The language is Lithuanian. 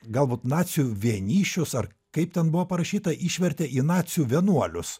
galbūt nacių vienišius ar kaip ten buvo parašyta išvertė į nacių vienuolius